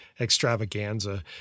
extravaganza